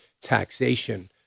taxation